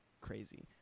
crazy